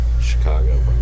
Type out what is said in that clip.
Chicago